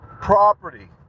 property